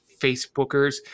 Facebookers